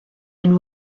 and